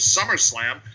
SummerSlam